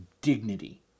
Dignity